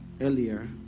earlier